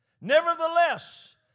Nevertheless